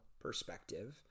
perspective